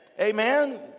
Amen